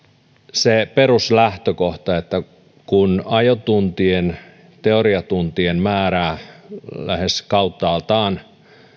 se peruslähtökohta että kun ajotuntien ja teoriatuntien määrää lähes kauttaaltaan